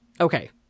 Okay